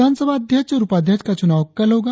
विधानसभा अध्यक्ष और उपाध्यक्ष का चुनाव कल होगा